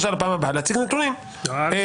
לך לפעם הבאה להציג נתונים סטטיסטיים.